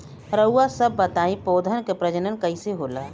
रउआ सभ बताई पौधन क प्रजनन कईसे होला?